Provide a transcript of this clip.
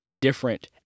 different